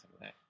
right